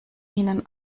ihnen